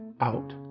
out